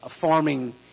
farming